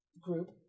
group